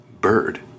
bird